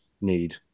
need